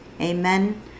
Amen